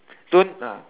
soon ah